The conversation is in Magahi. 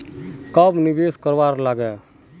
कब निवेश करवार लागे?